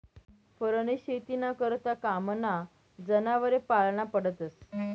फरनी शेतीना करता कामना जनावरे पाळना पडतस